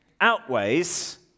outweighs